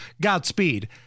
Godspeed